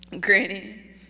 Granny